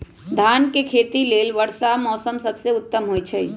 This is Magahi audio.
धान के खेती लेल वर्षा मौसम सबसे उत्तम होई छै